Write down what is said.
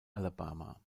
alabama